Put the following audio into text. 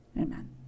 amen